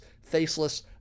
faceless